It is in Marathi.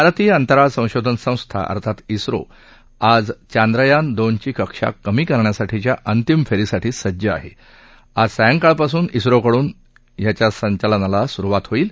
भारतीय अंतराळ संशोधन संस्था इस्रो आज चांद्रयान दोनची कक्षा कमी करण्यासाठीच्या अंतिम फेरीसाठी सज्ज आहे आज सायंकाळपासून इस्रोकडून याच्या संचालनाला सुरुवात होईल